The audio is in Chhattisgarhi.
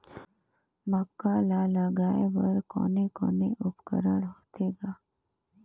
मक्का ला लगाय बर कोने कोने उपकरण होथे ग?